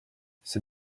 ces